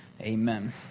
amen